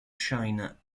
china